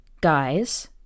guys